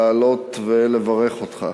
לעלות ולברך אותך.